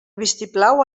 vistiplau